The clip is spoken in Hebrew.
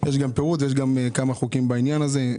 יש גם פירוט ויש גם כמה חוקים בעניין הזה.